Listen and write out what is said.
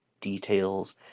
details